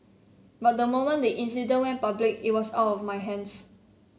but the moment the incident went public it was out of my hands